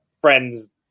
friends